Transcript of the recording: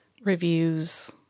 reviews